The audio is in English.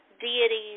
deities